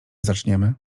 zaczniemy